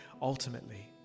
Ultimately